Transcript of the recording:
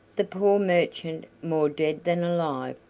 the poor merchant, more dead than alive,